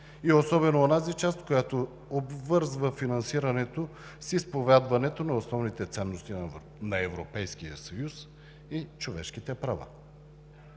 и особено онази част, която обвързва финансирането с изповядването на основните ценности на Европейския съюз и човешките права.